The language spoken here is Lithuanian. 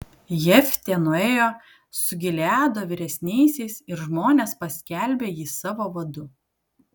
jeftė nuėjo su gileado vyresniaisiais ir žmonės paskelbė jį savo vadu